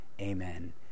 Amen